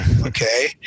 okay